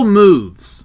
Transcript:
moves